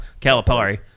Calipari